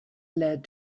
led